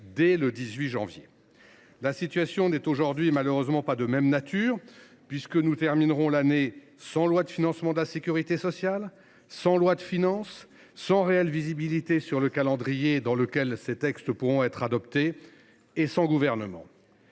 dès le 18 janvier suivant. La situation n’est malheureusement pas de même nature aujourd’hui, puisque nous terminerons l’année sans loi de financement de la sécurité sociale, sans loi de finances, sans réelle visibilité sur le calendrier dans lequel ces textes pourront être adoptés, et sans gouvernement.